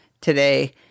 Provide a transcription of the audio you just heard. today